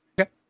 Okay